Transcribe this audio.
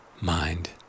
mind